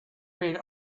read